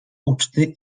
uczty